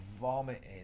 vomiting